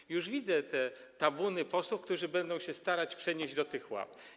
I już widzę te tabuny posłów, którzy będą się starać przenieść do tych ław.